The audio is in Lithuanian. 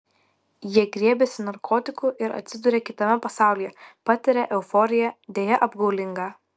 jis griebiasi narkotikų ir atsiduria kitame pasaulyje patiria euforiją deja apgaulingą